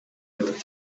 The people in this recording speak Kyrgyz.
айтып